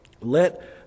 let